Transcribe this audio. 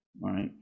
right